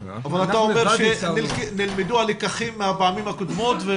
אבל אתה אומר שנלמדו הלקחים מהפעמים הקודמות?